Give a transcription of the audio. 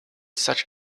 such